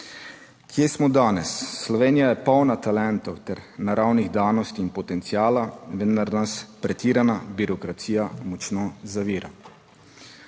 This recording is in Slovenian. Kje smo danes? Slovenija je polna talentov ter naravnih danosti in potenciala, vendar nas pretirana birokracija močno zavira.